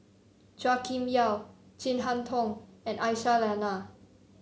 Chua Kim Yeow Chin Harn Tong and Aisyah Lyana